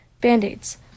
Band-Aids